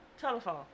Telephone